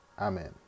Amen